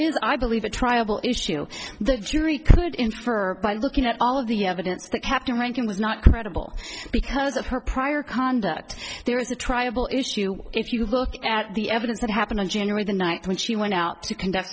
is i believe a triable issue the jury could infer by looking at all of the evidence that have to rankin was not credible because of her prior conduct there is a triable issue if you look at the evidence that happened on january the night when she went out to conduct